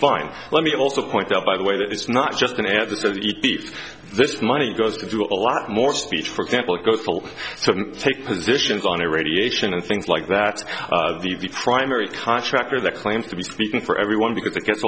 fine let me also point out by the way that it's not just an ad that says it believes this money goes to do a lot more speech for example it goes full so take positions on a radiation and things like that the primary contractor that claims to be speaking for everyone because it gets